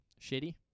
shitty